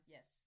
Yes